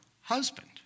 husband